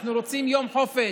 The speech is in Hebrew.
אנחנו רוצים יום חופש.